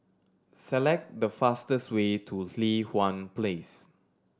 select the fastest way to Li Hwan Place